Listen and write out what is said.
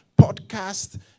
podcast